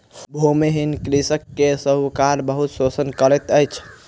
भूमिहीन कृषक के साहूकार बहुत शोषण करैत अछि